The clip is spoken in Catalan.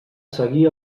seguir